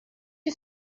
you